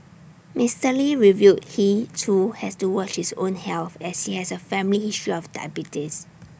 Mister lee revealed he too has to watch his own health as he has A family history of diabetes